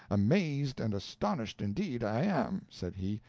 amazed and astonished indeed i am, said he,